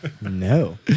No